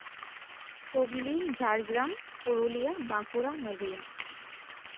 Hooghly Jhargram Purulia Bankura Nadia